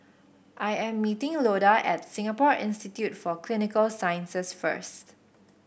I am meeting Loda at Singapore Institute for Clinical Sciences first